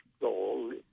goal